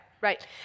right